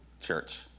church